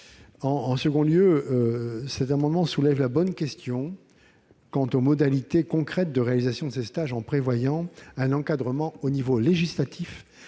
auteurs de cet amendement soulèvent une question pertinente quant aux modalités concrètes de réalisation de ces stages, en prévoyant un encadrement au niveau législatif